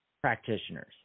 practitioners